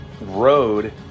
road